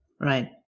Right